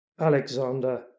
Alexander